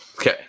Okay